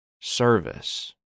service